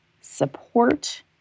support